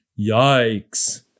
yikes